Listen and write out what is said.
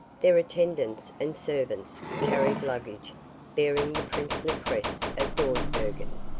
their attendants and servants carried luggage bearing the princely crest of dawsbergen,